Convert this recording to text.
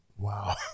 Wow